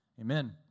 Amen